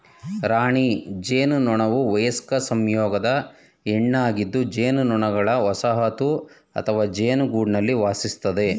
ರಾಣಿ ಜೇನುನೊಣವುವಯಸ್ಕ ಸಂಯೋಗದ ಹೆಣ್ಣಾಗಿದ್ದುಜೇನುನೊಣಗಳವಸಾಹತುಅಥವಾಜೇನುಗೂಡಲ್ಲಿವಾಸಿಸ್ತದೆ